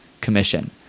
commission